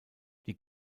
die